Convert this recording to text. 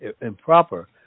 improper